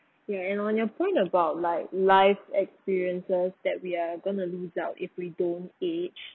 yeah and on your point about like life experiences that we're gonna lose out if we don't age